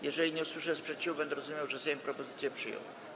Jeżeli nie usłyszę sprzeciwu, będę rozumiał, że Sejm propozycję przyjął.